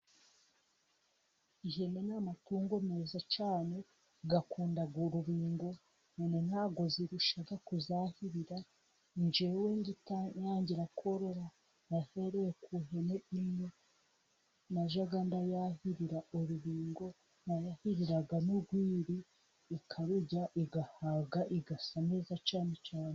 Ihene ni amatungo meza cyane. Akunda urubingo. Ihene nta bwo zirushya kuzahirira. Njyewe ngitangira korora nahereye ku ihene imwe. Najyaga ndayahirira urubingo, nayahiriraga n'urwiri ikarurya igahaga, igasa neza cyane cyane.